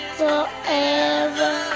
forever